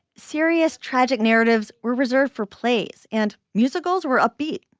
serious tragic narratives were reserved for plays, and musicals were upbeat.